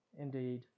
Indeed